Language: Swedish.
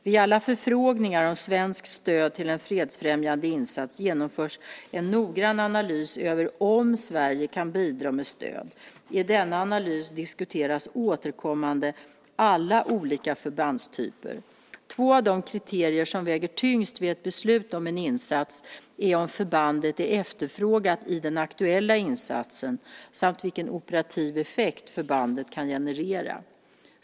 Vid alla förfrågningar om svenskt stöd till en fredsfrämjande insats genomförs en noggrann analys av om Sverige kan bidra med stöd. I denna analys diskuteras återkommande alla olika förbandstyper. Två av de kriterier som väger tyngst vid ett beslut om en insats är om förbandet är efterfrågat i den aktuella insatsen samt vilken operativ effekt förbandet kan generera.